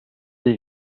des